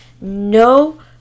no